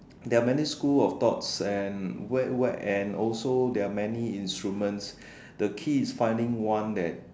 there are many schools of thoughts and where where and also many instruments the key is finding one that